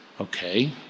okay